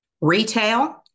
retail